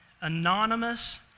anonymous